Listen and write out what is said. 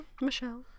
michelle